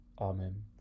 Amen